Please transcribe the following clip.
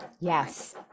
Yes